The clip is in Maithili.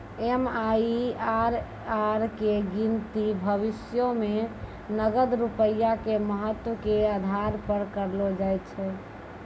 एम.आई.आर.आर के गिनती भविष्यो मे नगद रूपया के महत्व के आधार पे करलो जाय छै